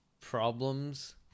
problems